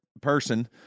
person